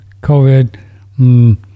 COVID